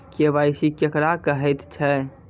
KYC केकरा कहैत छै?